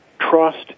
trust